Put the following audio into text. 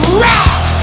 rock